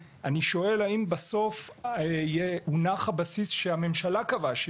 אבל לפי דעתי זה לא מגיע לרמה שהמשטרה בשגרה,